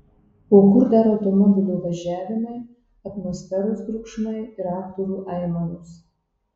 o kur dar automobilio važiavimai atmosferos triukšmai ir aktorių aimanos